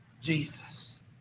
Jesus